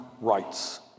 rights